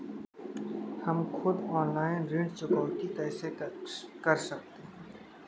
हम खुद ऑनलाइन ऋण चुकौती कैसे कर सकते हैं?